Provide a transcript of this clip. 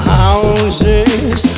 houses